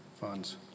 funds